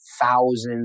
thousands